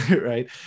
right